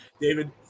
David